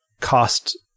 cost